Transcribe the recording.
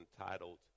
entitled